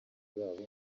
babo